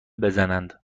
بزنند